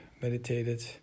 meditated